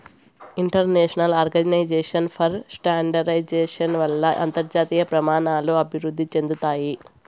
international organization for standardization వల్ల అంతర్జాతీయ ప్రమాణాలు అభివృద్ధి చెందుతాయి